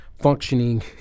Functioning